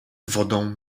wodą